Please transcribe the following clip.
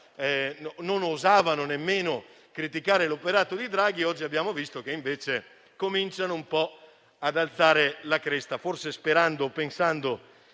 non osavano nemmeno criticare l'operato di Draghi, abbiamo visto che invece cominciano ad alzare un po' la